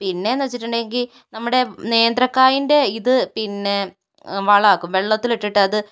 പിന്നെ എന്ന് വച്ചിട്ടുണ്ടെങ്കിൽ നമ്മുടെ നേന്ത്രക്കായെൻ്റെ ഇത് പിന്നെ വളമാക്കും വെള്ളത്തിലിട്ടിട്ട് അത്